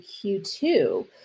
Q2